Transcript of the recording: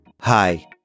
Hi